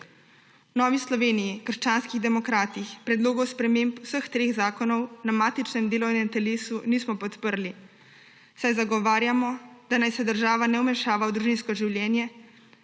V Novi Sloveniji – krščanskih demokratih predlogov sprememb vseh treh zakonov na matičnem delovnem telesu nismo podprli, saj zagovarjamo, da naj se država ne vmešava v družinsko življenje,